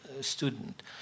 student